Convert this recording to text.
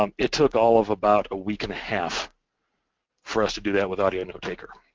um it took all of about a week and a half for us to do that with audio notetaker,